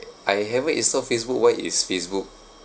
I haven't install facebook why is facebook